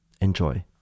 Enjoy